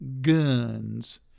guns